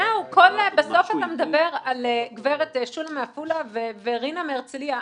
בסוף אתה מדבר על גברת שולה מעפולה ורינה מהרצליה.